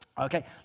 Okay